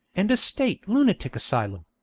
and a state lunatic asylum.